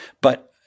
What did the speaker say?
But-